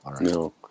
No